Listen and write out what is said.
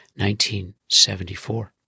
1974